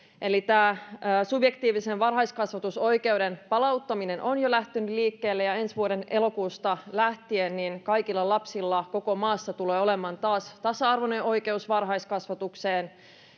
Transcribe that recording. tämä subjektiivisen varhaiskasvatusoikeuden palauttaminen on jo lähtenyt liikkeelle ja ensi vuoden elokuusta lähtien kaikilla lapsilla koko maassa tulee olemaan taas tasa arvoinen oikeus varhaiskasvatukseen